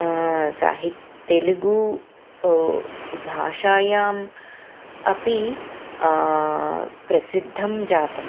साहित्ये तेलुगु भाषायाम् अपि प्रसिद्धं जातम्